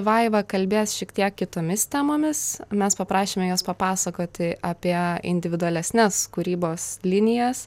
vaiva kalbės šiek tiek kitomis temomis mes paprašėme jos papasakoti apie individualesnes kūrybos linijas